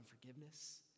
forgiveness